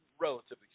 relatively